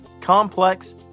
complex